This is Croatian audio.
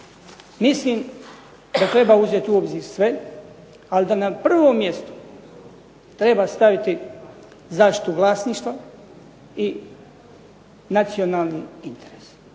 mislim da treba uzeti u obzir sve, ali da na prvom mjestu treba staviti zaštitu vlasništva i nacionalni interes.